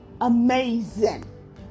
amazing